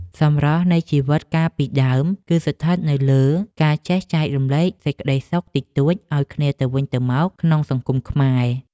សម្រស់នៃជីវិតកាលពីដើម គឺស្ថិតនៅលើការចេះចែករំលែកសេចក្ដីសុខតិចតួចឱ្យគ្នាទៅវិញទៅមកក្នុងសង្គមខ្មែរ។